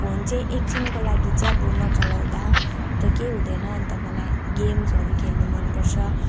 phone चाहिँ एकछिनको लागि चाहिँ अब नचलाउँदा त केही हुँदैन अन्त मलाई गेम्सहरू खेल्नु मन पर्छ